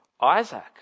Isaac